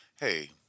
Hey